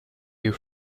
you